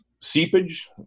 seepage